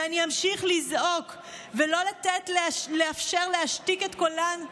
ואני אמשיך לזעוק ולא לאפשר להשתיק את קולן,